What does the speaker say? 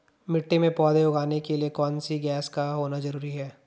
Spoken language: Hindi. मिट्टी में पौधे उगाने के लिए कौन सी गैस का होना जरूरी है?